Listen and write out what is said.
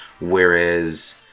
whereas